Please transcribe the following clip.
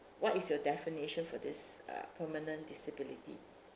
what is your definition for this uh permanent disability